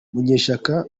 munyeshyaka